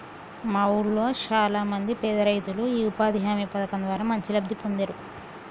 మా వూళ్ళో చానా మంది పేదరైతులు యీ ఉపాధి హామీ పథకం ద్వారా మంచి లబ్ధి పొందేరు